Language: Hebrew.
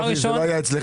הרב גפני, זה לא היה אצלך.